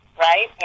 Right